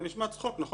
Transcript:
זה נשמע צחוק, נכון?